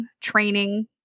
training